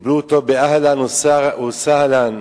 קיבלו אותו באהלן וסהלן,